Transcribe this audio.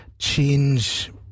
change